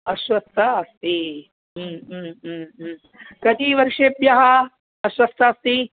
अस्वस्था अस्ति कति वर्षेभ्यः अस्वस्था अस्ति